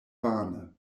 vane